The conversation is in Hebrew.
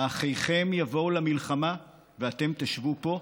"האחיכם יבֹאו למלחמה ואתם תשבו פה"?